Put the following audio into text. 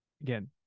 Again